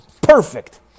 Perfect